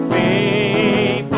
a